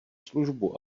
službu